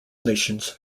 nations